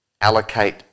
allocate